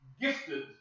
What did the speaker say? gifted